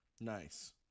Nice